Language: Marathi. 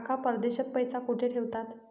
काका परदेशात पैसा कुठे ठेवतात?